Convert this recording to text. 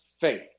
faith